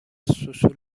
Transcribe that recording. سوسول